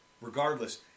Regardless